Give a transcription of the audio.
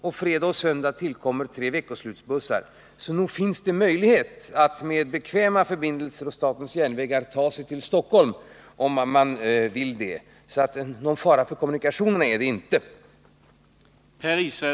På fredagar och söndagar tillkommer tre veckoslutsbussar. Så nog finns det möjlighet att med bekväma förbindelser och statens järnvägar ta sig till Stockholm, om man vil! det. Någon fara för kommunikationerna är det inte.